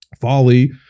Folly